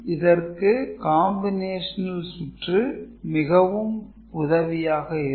இதற்கு "combinational" சுற்று மிகவும் உதவியாக இருக்கும்